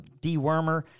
dewormer